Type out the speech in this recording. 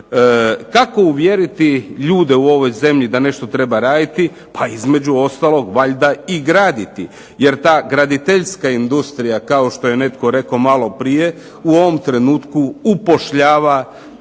Kako uvjeriti ljude u ovoj zemlji da nešto treba raditi? Pa između ostalog valjda i graditi. Jer ta graditeljska industrija kao što je netko rekao maloprije u ovom trenutku upošljava